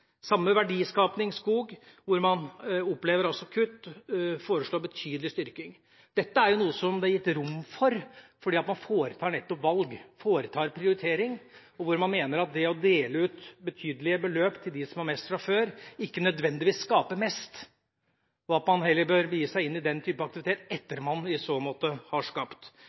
samme med verdiskaping i skog, hvor man opplever kutt, mens vi foreslår en betydelig styrking. Dette er noe som det er gitt rom for nettopp fordi man foretar valg og prioritering. Man mener at det å dele ut betydelige beløp til dem som har mest fra før, ikke nødvendigvis skaper mest, og at man heller bør begi seg inn i den type aktivitet etter at man i så måte har skapt.